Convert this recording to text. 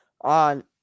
on